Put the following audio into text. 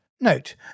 Note